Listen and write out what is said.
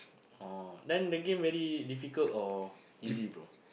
oh then the game very difficult or easy bro